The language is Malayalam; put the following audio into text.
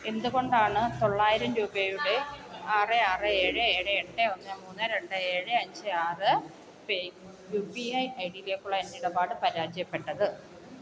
എന്തുകൊണ്ടാണ് തൊള്ളായിരം രൂപയുടെ ആറ് ആറ് ഏഴ് ഏഴ് എട്ട് ഒന്ന് മൂന്ന് രണ്ട് ഏഴ് അഞ്ച് ആറ് യു പി ഐ ഐ ഡിയിലേക്കുള്ള എൻ്റെ ഇടപാട് പരാജയപ്പെട്ടത്